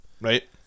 Right